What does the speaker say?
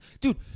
Dude